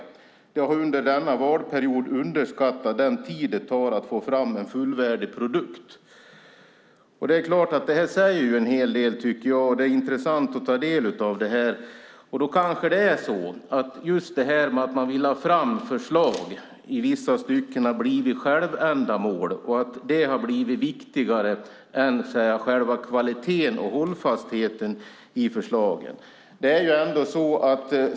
Han skriver: Det har under denna valperiod underskattats den tid det tar att få fram en fullvärdig produkt. Det här tycker jag säger en hel del. Det är också intressant att ta del av detta. Kanske är det så att just detta med att man vill ha fram förslag i vissa stycken har blivit ett självändamål och blivit viktigare än själva kvaliteten och hållfastheten i förslagen.